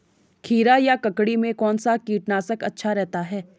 खीरा या ककड़ी में कौन सा कीटनाशक अच्छा रहता है?